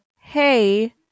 Hey